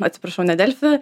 atsiprašau ne delfi